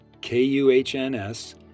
K-U-H-N-S